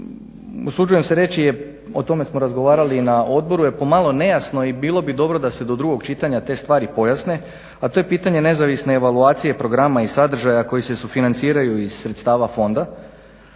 usuđujem se reći, o tome smo razgovarali na odboru, je pomalo nejasno i bilo bi dobro da se do drugog čitanja te stvari pojasne, a to je pitanje nezavisne evaluacije programa i sadržaja koji se sufinanciraju iz sredstava fonda